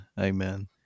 Amen